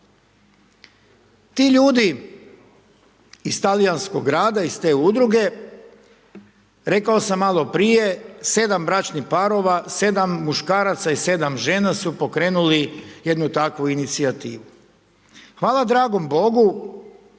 Ti ljudi iz talijanskog grada iz te udruge rekao sam malo prije 7 bračnih parova 7 muškaraca i 7 žena su pokrenuli jednu takvu inicijativu. Hvala dragom Bogu,